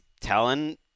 telling